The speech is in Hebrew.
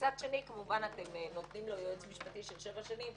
ומצד שני אתם כמובן נותנים לו יועץ משפטי של שבע שנים,